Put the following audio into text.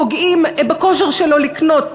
פוגעים בכושר שלו לקנות.